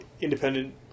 independent